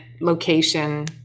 location